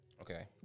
Okay